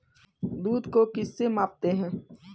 दूध को किस से मापते हैं?